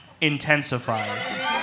intensifies